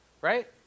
Right